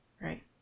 right